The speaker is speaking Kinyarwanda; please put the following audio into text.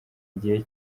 igihe